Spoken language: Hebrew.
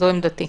זו עמדתי.